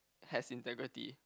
has integrity